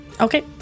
Okay